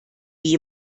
wie